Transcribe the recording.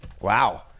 Wow